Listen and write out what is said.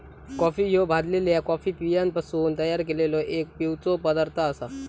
coffee ह्यो भाजलल्या coffee बियांपासून तयार केललो एक पिवचो पदार्थ आसा